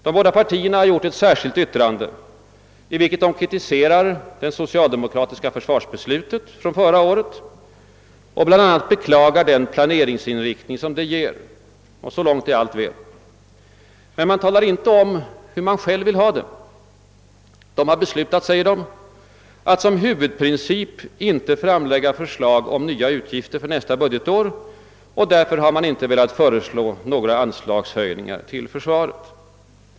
De båda partierna har avlämnat ett särskilt yttrande, i vilket de kritiserar det socialdemokratiska försvarsbeslutet förra året och bl.a. beklagar den planeringsinriktning som det ger. Så långt är allt väl. Men partierna talar inte om hur de själva vill ha det. De har beslutat, säger de, att som huvudprincip ha att inte framlägga förslag om nya utgifter för nästa budgetår, och de har därför inte velat föreslå några anslagshöjningar till försvaret.